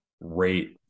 rate